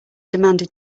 demanded